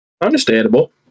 understandable